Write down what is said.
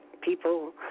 people